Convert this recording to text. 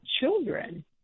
children